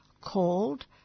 called